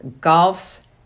golf's